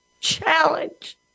challenge